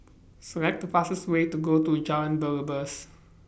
Select The fastest Way to Go to Jalan Belibas